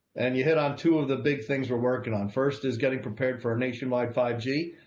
and you hit on two of the big things we're working on. first is getting prepared for our nationwide five g.